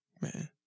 man